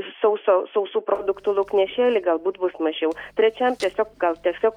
sauso sausų produktų lauknešėlį galbūt bus mažiau trečiam tiesiog gal tiesiog